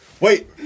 Wait